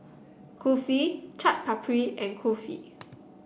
Kulfi Chaat Papri and Kulfi